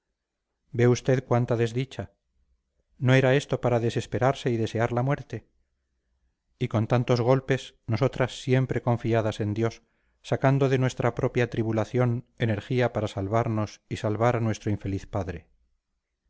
ve usted cuánta desdicha no era esto para desesperarse y desear la muerte y con tantos golpes nosotras siempre confiadas en dios sacando de nuestra propia tribulación energía para salvarnos y salvar a nuestro infeliz padre